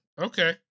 Okay